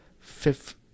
fifth